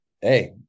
Hey